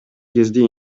кезде